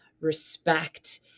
respect